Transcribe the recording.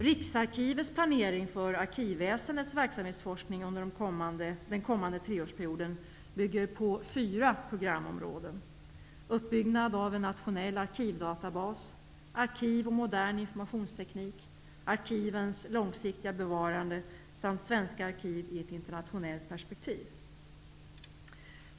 Riksarkivets planering för arkivväsendets verksamhetsforskning under den kommande treårsperioden bygger på fyra programområden; uppbyggnad av en nationell arkivdatabas, arkiv och modern informationsteknik, arkivens långsiktiga bevarande samt svenska arkiv i ett internationellt perspektiv.